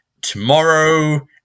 tomorrow